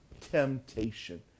temptation